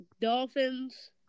Dolphins